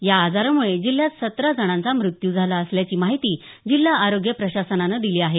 या आजारामुळे जिल्ह्यात सतरा जणांचा मृत्यू झाला असल्याची माहिती जिल्हा आरोग्य प्रशासनानं दिली आहे